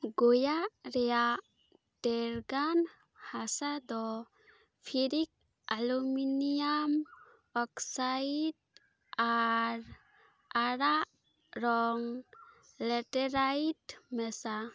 ᱜᱳᱭᱟ ᱨᱮᱭᱟᱜ ᱰᱷᱮᱨᱜᱟᱱ ᱦᱟᱥᱟ ᱫᱚ ᱯᱷᱮᱨᱤᱠ ᱮᱞᱳᱢᱤᱱᱤᱭᱟᱢ ᱚᱠᱥᱟᱭᱤᱰ ᱟᱨ ᱟᱨᱟᱜ ᱨᱚᱝ ᱞᱮᱴᱮᱨᱟᱭᱤᱰ ᱢᱮᱥᱟ